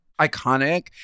iconic